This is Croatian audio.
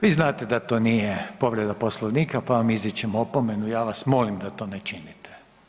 Vi znate da to nije povreda Poslovnika pa vam izričem opomenu, ja vas molim da to ne činite.